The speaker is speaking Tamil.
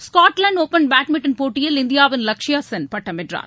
ஸ்காட்லாந்து ஒப்பன் பேட்மிண்டன் போட்டியில் இந்தியாவின் லக்ஷயா சென் பட்டம் வென்றார்